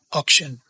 auction